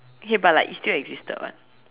okay but like it still existed [what]